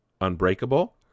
Unbreakable